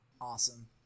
Awesome